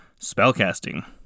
spellcasting